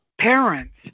parents